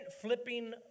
flipping